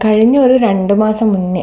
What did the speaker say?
കഴിഞ്ഞ ഒരു രണ്ടു മാസം മുന്നേ